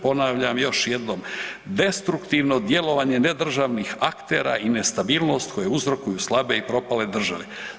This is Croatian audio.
Ponavljam još jednom, destruktivno djelovanje ne državnih aktera i nestabilnost koju uzrokuju slabe i propale i države.